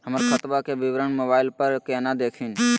हमर खतवा के विवरण मोबाईल पर केना देखिन?